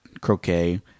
croquet